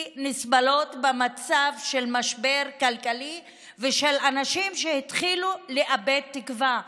נסבלות במצב של משבר כלכלי ושל אנשים שהתחילו לאבד תקווה.